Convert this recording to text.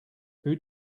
who